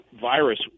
virus